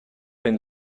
been